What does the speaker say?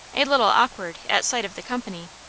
a little awkward at sight of the company,